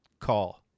call